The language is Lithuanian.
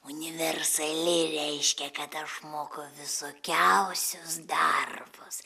universali reiškia kad aš moku visokiausius darbus